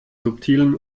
subtilen